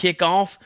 kickoff